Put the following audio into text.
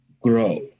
grow